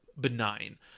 benign